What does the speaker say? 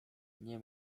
nie